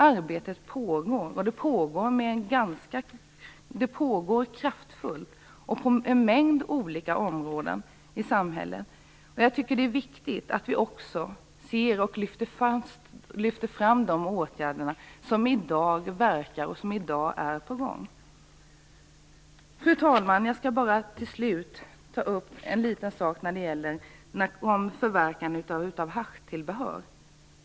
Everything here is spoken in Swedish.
Det här arbetet pågår kraftfullt på en mängd olika områden i samhället. Jag tycker att det är viktigt att vi också ser och lyfter fram de åtgärder som i dag verkar och är på gång. Fru talman! Till slut skall jag ta upp en liten sak som gäller förverkande av haschtillbehör.